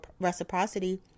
reciprocity